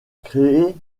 créé